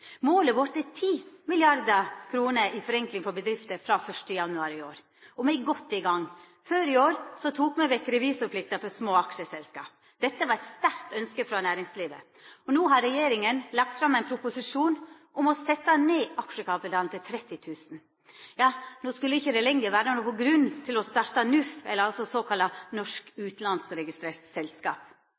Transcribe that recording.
Målet vårt er 10 mrd. kr i forenkling for bedrifter frå 1. januar i år, og me er godt i gang. Før i år tok me vekk revisorplikta for små aksjeselskap. Dette var eit sterkt ønske frå næringslivet. No har regjeringa lagt fram ein proposisjon om å setja ned aksjekapitalen til 30 000 kr. No skulle det ikkje lenger vera nokon grunn til å starta NUF, eller såkalla norsk utanlandsregistert selskap.